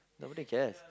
nobody cares